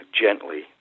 gently